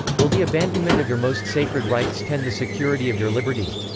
will the abandonment of your most sacred rights tend the security of your liberty?